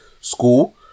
school